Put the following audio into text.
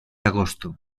agosto